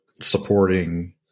supporting